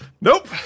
Nope